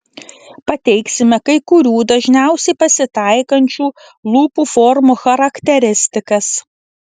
pateiksime kai kurių dažniausiai pasitaikančių lūpų formų charakteristikas